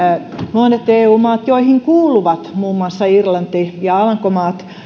monet eu maat joihin kuuluvat muun muassa irlanti ja alankomaat